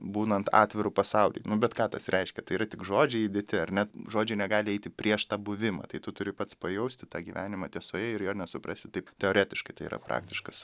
būnant atviru pasauliui nu bet ką tas reiškia tai yra tik žodžiai įdėti ar ne žodžiai negali eiti prieš tą buvimą tai tu turi pats pajausti tą gyvenimą tiesoje ir jo nesuprasi taip teoretiškai tai yra praktiškas